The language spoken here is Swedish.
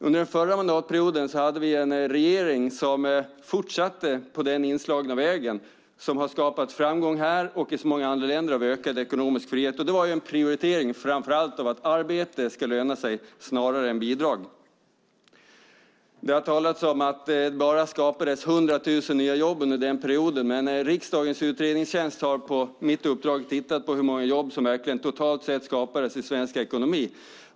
Under den förra mandatperioden hade vi en regering som fortsatte på den inslagna vägen, som har skapat framgång här och i så många andra länder när det gäller ökad ekonomisk frihet. Och det var en prioritering framför allt, att arbete ska löna sig snarare än bidrag. Det har talats om att det bara skapades 100 000 nya jobb under den perioden. Men riksdagens utredningstjänst har på mitt uppdrag tittat på hur många jobb som verkligen skapades totalt sett i svensk ekonomi.